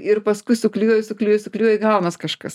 ir paskui suklijuoji suklijuoji suklijuoji ir gaunas kažkas